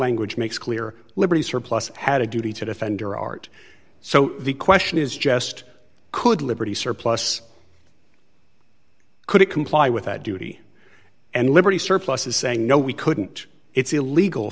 language makes clear liberty surplus had a duty to defend your art so the question is just could liberty surplus could it comply with that duty and liberty surplus is saying no we couldn't it's illegal